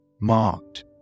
marked